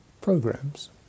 programs